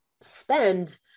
spend